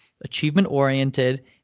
achievement-oriented